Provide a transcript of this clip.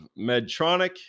medtronic